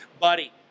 buddy